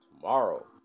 Tomorrow